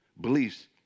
beliefs